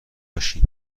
باشین